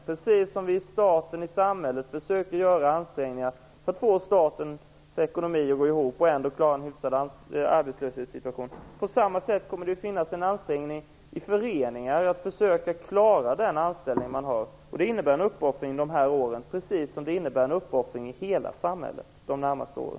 På samma sätt som staten/samhället försöker göra ansträngningar för att få statens ekonomi att gå ihop, samtidigt som en hyfsad arbetslöshetssituation klaras, kommer det att finnas ansträngningar i föreningar att försöka klara anställningar. De här åren innebär en uppoffring, precis som det blir en uppoffring för hela samhället under de närmaste åren.